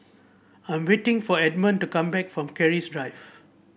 I am waiting for Edmon to come back from Keris Drive